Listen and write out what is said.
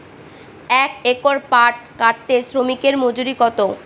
এক একর পাট কাটতে শ্রমিকের মজুরি কত?